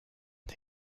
den